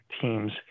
teams –